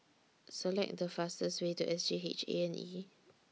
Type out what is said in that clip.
Select The fastest Way to S G H A and E